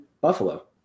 Buffalo